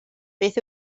beth